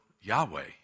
Yahweh